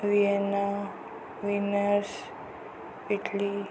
Vienna venus Italy